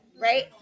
right